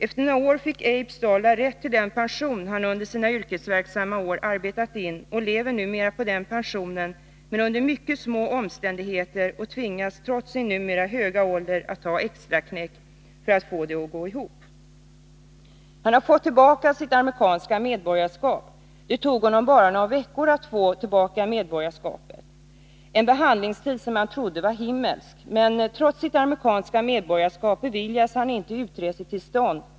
Efter några år fick Abe Stollar rätt till den pension som han under sina yrkesverksamma år arbetat in. Han lever numera på den, men under mycket små omständigheter och tvingas, trots sin numera höga ålder, att ta extraknäck för att få det att gå ihop ekonomiskt. Han har nu fått tillbaka sitt amerikanska medborgarskap. Det tog honom bara några veckor att få tillbaka det medborgarskapet efter det att han ansökte — en behandlingstid som han tyckte var himmelsk. Men trots att han har sitt amerikanska medborgarskap beviljas han inte utresetillstånd.